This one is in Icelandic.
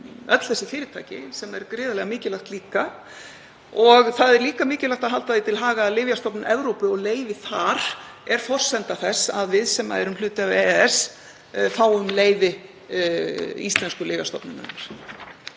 öll þessi fyrirtæki, sem er líka gríðarlega mikilvægt. Það er líka mikilvægt að halda því til haga að Lyfjastofnun Evrópu og leyfi þar er forsenda þess að við, sem erum hluti af EES, fáum leyfi íslensku lyfjastofnunarinnar.